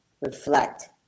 reflect